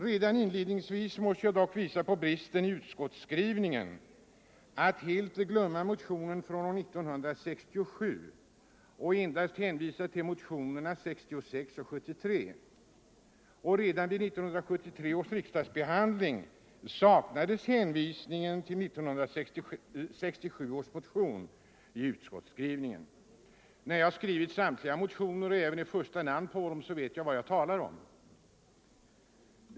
Redan inledningsvis måste jag visa på bristen i utskottsskrivningen, där man helt glömt motionen från år 1967 och endast hänvisat till mo Nr 125 tionerna från år 1966 och 1973. Redan vid 1973 års riksdagsbehandling Onsdagen den saknades hänvisning till 1967 års motion i utskottets skrivning. Då jag — 20 november 1974 skrivit samtliga dessa motioner och även stått som första namn på dem vet jag vad jag talar om.